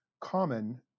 common